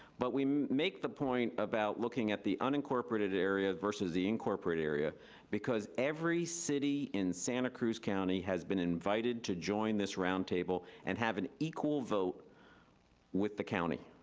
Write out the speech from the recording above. but we make the point about looking at the unincorporated area versus the incorporated area because every city in santa cruz county has been invited to join this roundtable and have an equal vote with the county,